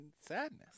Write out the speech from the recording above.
sadness